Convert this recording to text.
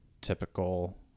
typical